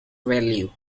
value